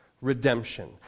redemption